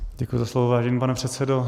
Děkuji za slovo, vážený pane předsedo.